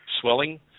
swelling